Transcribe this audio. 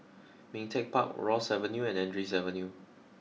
Ming Teck Park Rosyth Avenue and Andrews Avenue